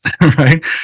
Right